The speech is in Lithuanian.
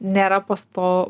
nėra pasto